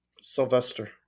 Sylvester